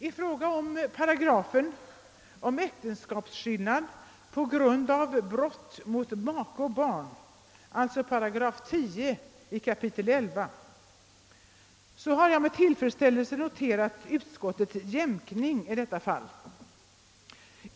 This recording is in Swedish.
I fråga om paragrafen om äktenskapsskillnad på grund av brott mot make och barn, 11 kap. 10 §, har jag med tillfredsställelse noterat utskottets jämkning i detta fall.